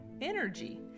energy